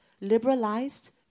liberalized